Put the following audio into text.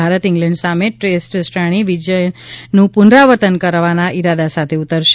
Bharat England સામે test શ્રેણી વિજયનું પુનરાવર્તન કરવાના ઇરાદા સાથે ઉતરશે